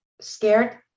scared